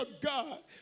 God